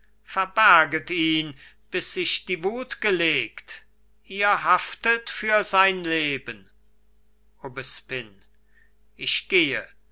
verberget ihn bis sich die wut gelegt ihr haftet für sein leben aubespine ich gehe